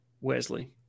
wesley